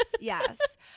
yes